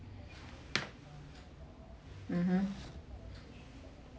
mmhmm